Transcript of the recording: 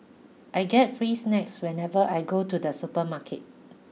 I get free snacks whenever I go to the supermarket